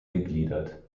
gegliedert